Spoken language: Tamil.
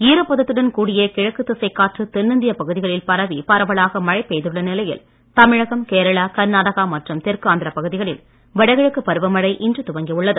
ஈரப்பத்துடன் கூடிய கிழக்கு திசை காற்று தென்னிந்திய பகுதிகளில் பரவி பரவலாக மழை பெய்துள்ள நிலையில் தமிழகம் கேரளா கர்நாடகா மற்றும் தெற்கு ஆந்திரப் பகுதிகளில் வடகிழக்கு பருவமழை இன்று துவங்கியுள்ளது